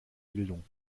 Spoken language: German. bildung